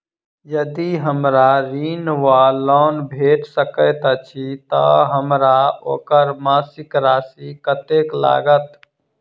यदि हमरा ऋण वा लोन भेट सकैत अछि तऽ हमरा ओकर मासिक राशि कत्तेक लागत?